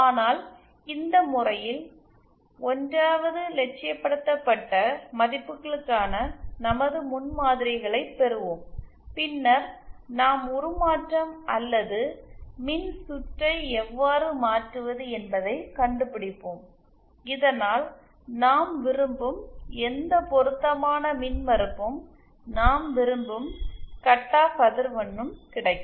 ஆனால் இந்த முறையில் 1 வது இலட்சியப்படுத்தப்பட்ட மதிப்புகளுக்கான நமது முன்மாதிரிகளைப் பெறுவோம் பின்னர் நாம் உருமாற்றம் அல்லது மின்சுற்றை எவ்வாறு மாற்றுவது என்பதைக் கண்டுபிடிப்போம் இதனால் நாம் விரும்பும் எந்த பொருத்தமான மின்மறுப்பும் நாம் விரும்பும் கட் ஆஃப் அதிர்வெண்ணும் கிடைக்கும்